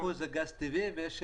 קודם כל